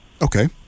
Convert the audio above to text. Okay